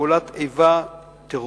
פעולת איבה טרוריסטית,